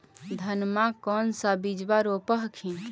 धनमा कौन सा बिजबा रोप हखिन?